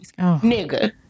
nigga